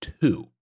two